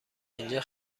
اینجا